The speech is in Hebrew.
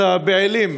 את הפעילים